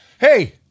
Hey